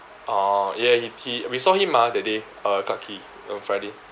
orh yeah we he we saw him mah that day uh clarke quay on friday